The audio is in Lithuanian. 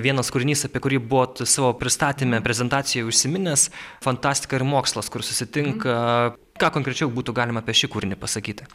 vienas kūrinys apie kurį buvot savo pristatyme prezentacijoj užsiminęs fantastika ir mokslas kur susitinka ką konkrečiau būtų galima apie šį kūrinį pasakyt